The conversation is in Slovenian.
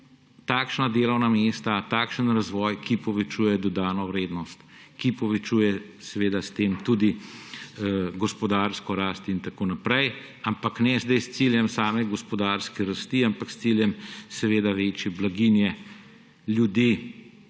takšna delovna mesta, takšen razvoj, ki povečuje dodano vrednost, ki povečuje s tem tudi gospodarsko rast in tako naprej. Ampak ne s ciljem same gospodarske rasti, temveč s ciljem večje blaginje ljudi,